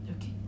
okay